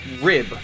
rib